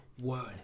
word